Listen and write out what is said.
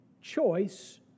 choice